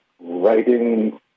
writing